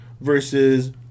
versus